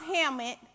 helmet